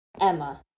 emma